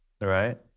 Right